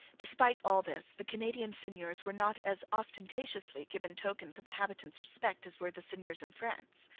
despite all this, the canadian seigneurs were not as ostentatiously given tokens of the habitants' respect as were the seigneurs in france.